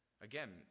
Again